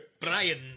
Brian